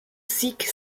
sikhs